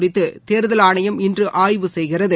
குறித்து தேர்தல் ஆணையம் இன்று ஆய்வு செய்கிறது